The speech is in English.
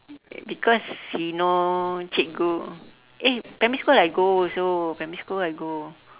because he know cikgu eh primary school I go also primary school I go